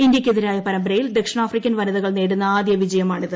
ഇന്ത്യയ്ക്കെതിരായ പരമ്പരയിൽ ദക്ഷിണാഫ്രിക്കൻ വനിതകൾ നേടുന്ന ആദ്യ വിജയമാണിത്